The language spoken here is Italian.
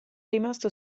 rimasto